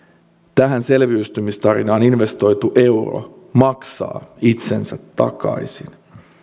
tähän selviytymistarinaan investoitu euro maksaa itsensä takaisin